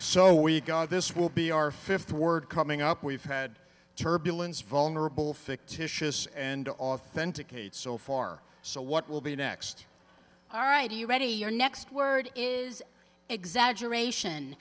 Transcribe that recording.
so we go this will be our fifth word coming up we've had turbulence vulnerable fictitious and authenticated so far so what will be next all right are you ready your next word is exaggeration